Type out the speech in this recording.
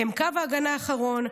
הם קו הגנה אחרון,